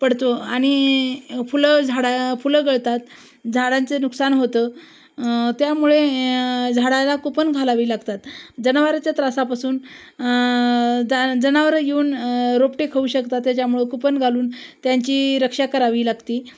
पडतो आणि फुलं झाडं फुलं गळतात झाडांचं नुकसान होतं त्यामुळे झाडाला कुंपण घालावी लागतात जनावराच्या त्रासापासून जा जनावरं येऊन रोपटे खाऊ शकतात त्याच्यामुळं कुंपण घालून त्यांची रक्षा करावी लागती